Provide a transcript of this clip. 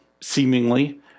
seemingly